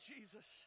Jesus